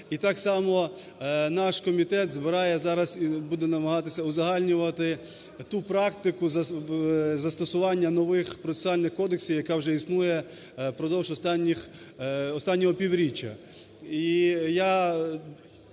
і так само наш комітет збирає, і буде намагатися узагальнювати ту практику застосування нових процесуальних кодексів, яка вже існує впродовж останнього півріччя.